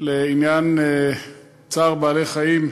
לעניין צער בעלי-חיים,